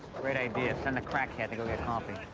great idea, send the crackhead to go get coffee.